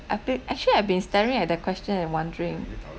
I've been actually I've been staring at that question and wondering